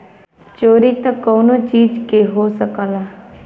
चोरी त कउनो चीज के हो सकला